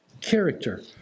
character